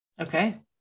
Okay